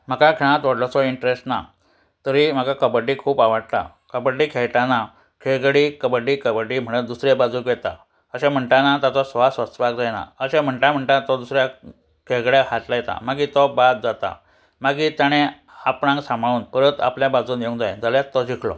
म्हाका खेळांत व्हडलोसो इंट्रस्ट ना तरी म्हाका कबड्डी खूब आवडटा कबड्डी खेयटाना खेळगडी कबड्डी कबड्डी म्हणत दुसऱ्या बाजूक येता अशें म्हणटाना ताचो स्वास वचपाक जायना अशें म्हणटा म्हणटा तो दुसऱ्या खेळगड्याक हात लायता मागीर तो बाद जाता मागीर ताणें आपणाक सांबाळून परत आपल्या बाजून येवंक जाय जाल्यार तो शिकलो